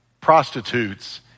prostitutes